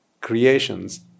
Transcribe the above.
creations